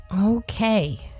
Okay